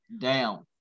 down